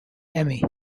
emmy